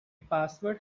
password